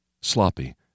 sloppy